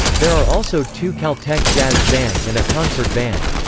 there are also two caltech jazz bands and a concert band.